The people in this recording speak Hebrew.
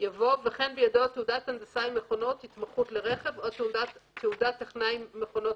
יבוא "וכן בידו תעודת הנדסאי מכונות התמחות לרכב או תעודת טכנאי מכונות